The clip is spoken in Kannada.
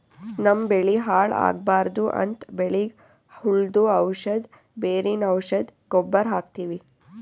ನಮ್ಮ್ ಬೆಳಿ ಹಾಳ್ ಆಗ್ಬಾರ್ದು ಅಂತ್ ಬೆಳಿಗ್ ಹುಳ್ದು ಔಷಧ್, ಬೇರಿನ್ ಔಷಧ್, ಗೊಬ್ಬರ್ ಹಾಕ್ತಿವಿ